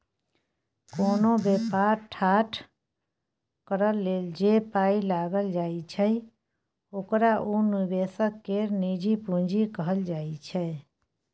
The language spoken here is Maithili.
कोनो बेपार ठाढ़ करइ लेल जे पाइ लगाइल जाइ छै ओकरा उ निवेशक केर निजी पूंजी कहल जाइ छै